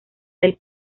del